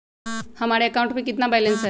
हमारे अकाउंट में कितना बैलेंस है?